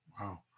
Wow